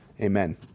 Amen